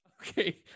Okay